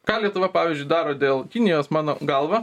ką lietuva pavyzdžiui daro dėl kinijos mano galva